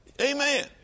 Amen